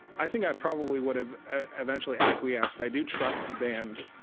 i think i probably would have eventually acquiesced. i do trust the band,